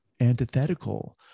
antithetical